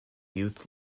youth